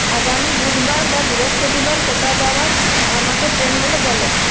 আগামী বুধবার বা বৃহস্পতিবার কোটা যাওয়ার আমাকে ট্রেনগুলো বলো